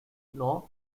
nor